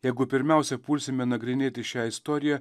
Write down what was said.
jeigu pirmiausia pulsime nagrinėti šią istoriją